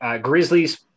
Grizzlies